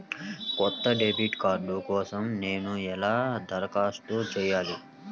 కొత్త debit card కోసం నేను ఎలా దరఖాస్తు చేయాలి?